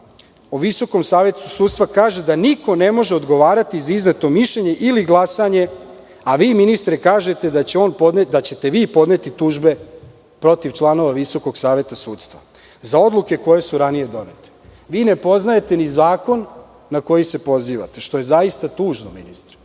9. Zakona o VSS kaže da niko ne može odgovarati za izdato mišljenje ili glasanje, a vi ministre kažete da ćete vi podneti tužbe protiv članova VSS za odluke koje su ranije donete. Ne poznajete ni zakon na koji se pozivate, što je zaista tužno ministre.Zašto